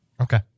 Okay